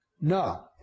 No